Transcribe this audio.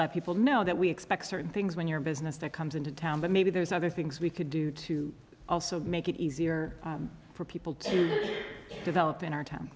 let people know that we expect certain things when you're a business that comes into town but maybe there's other things we could do to also make it easier for people to develop in our town